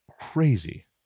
crazy